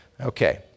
Okay